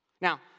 Now